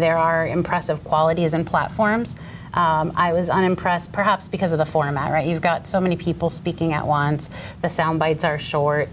there are impressive qualities and platforms i was unimpressed perhaps because of the format right you've got so many people speaking out once the sound bites are short